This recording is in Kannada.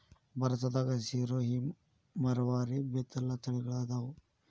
ಭಾರತದಾಗ ಸಿರೋಹಿ, ಮರವಾರಿ, ಬೇತಲ ತಳಿಗಳ ಅದಾವ